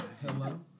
Hello